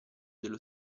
dello